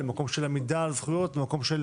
למקום של